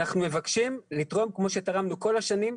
אנחנו מבקשים לתרום כמו שתרמנו כל השנים.